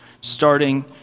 starting